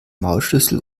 maulschlüssel